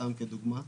סתם כדוגמה,